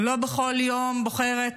לא בכל יום בוחרת